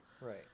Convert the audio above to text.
Right